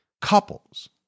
couples